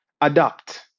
adapt